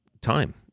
time